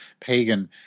pagan